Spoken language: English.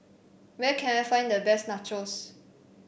where can I find the best Nachos